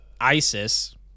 Isis